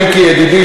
מיקי ידידי,